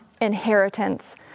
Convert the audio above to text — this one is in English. inheritance